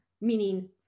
meaning